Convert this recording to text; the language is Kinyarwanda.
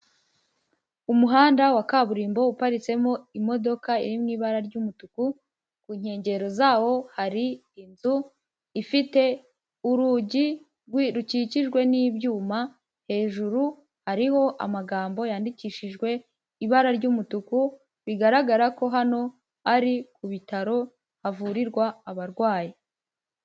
Umuhanda wa kaburimbo uparitsemo imodoka iri mu ibara ry'umutuku, ku nkengero zawo hari inzu ifite urugi rukikijwe n'ibyuma, hejuru hariho amagambo yandikishijwe ibara ry'umutuku, bigaragara ko hano ari ku bitaro havurirwa abarwayi.